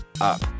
up